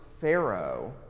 Pharaoh